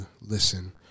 listen